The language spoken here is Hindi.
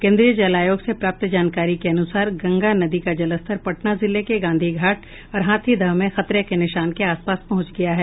केन्द्रीय जल आयोग से प्राप्त जानकारी के अनुसार गंगा नदी का जलस्तर पटना जिले के गांधी घाट और हाथीदह में खतरे के निशान के आसपास पहुंच गया है